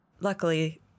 luckily